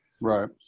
Right